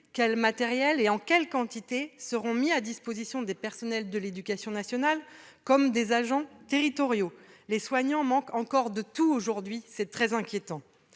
quels matériels et quelle quantité de matériels seront mis à disposition des personnels de l'éducation nationale comme des agents territoriaux ? Les soignants manquent encore de tout aujourd'hui, ce qui est très inquiétant.